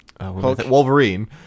Wolverine